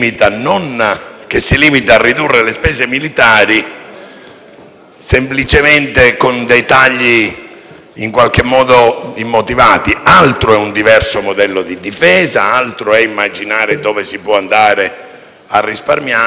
militari semplicemente con dei tagli in qualche modo immotivati. Altro è un diverso modello di difesa, altro è immaginare dove si può andare a risparmiare, altro è usare la difesa come un bancomat,